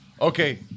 Okay